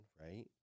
right